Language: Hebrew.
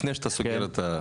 לפני שאתה סוגר את הדיון,